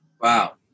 Wow